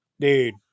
dude